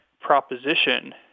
proposition